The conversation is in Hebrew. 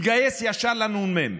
התגייס ישר לנ"מ.